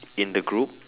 in the group